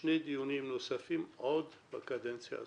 דהיינו מחר